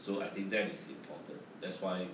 so I think that is important that's why